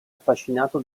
affascinato